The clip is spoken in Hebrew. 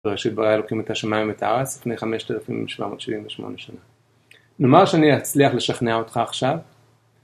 ראשית בריאה אלוקים את השמיים ואת הארץ לפני 5778 שנה נאמר שאני אצליח לשכנע אותך עכשיו